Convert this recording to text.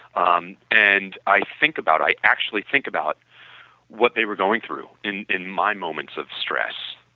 um and i think about i actually think about what they were going through in in my moments of stress.